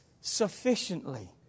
sufficiently